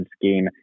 scheme